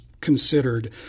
considered